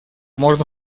можно